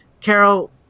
Carol